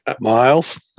Miles